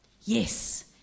yes